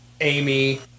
Amy